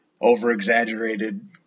over-exaggerated